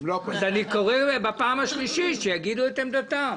אז אני קורא בפעם השלישית שיגידו את עמדתם.